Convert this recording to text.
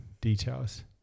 details